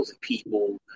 people